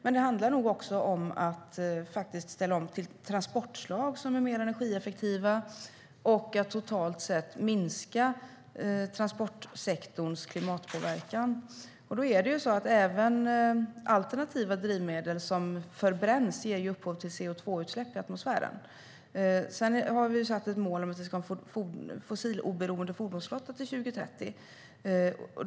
Men det handlar nog också om att ställa om till transportslag som är mer energieffektiva och att totalt sett minska transportsektorns klimatpåverkan. Det är ju så att även alternativa drivmedel som förbränns ger upphov till CO2-utsläpp i atmosfären. Vi har satt ett mål att ha en fossiloberoende fordonsflotta till 2030.